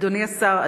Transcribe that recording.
אדוני השר,